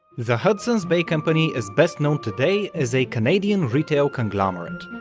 the hudson's bay company is best known today as a canadian retail conglomerate.